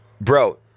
bro